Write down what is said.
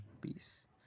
Peace